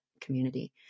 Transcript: community